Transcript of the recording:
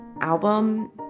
album